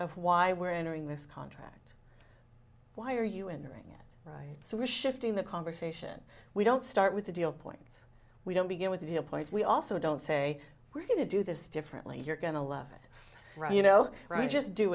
of why we're entering this contract why are you entering it right so we're shifting the conversation we don't start with the deal points we don't begin with viewpoints we also don't say we're going to do this differently you're going to love it you know just do